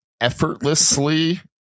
effortlessly